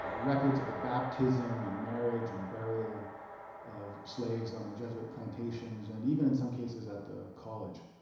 ah records of the baptism and marriage and burial of slaves on the jesuit plantations, and even in some cases at the college.